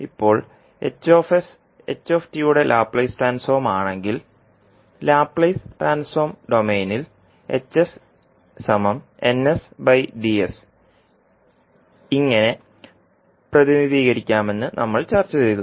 ഇപ്പോൾ യുടെ ലാപ്ലേസ് ട്രാൻസ്ഫോർമാണെങ്കിൽ ലാപ്ലേസ് ട്രാൻസ്ഫോർം ഡൊമെയ്നിൽ ഇങ്ങനെ പ്രതിനിധീകരിക്കാമെന്ന് നമ്മൾ ചർച്ച ചെയ്തു